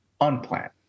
unplanned